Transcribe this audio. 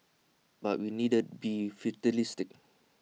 but we needn't be fatalistic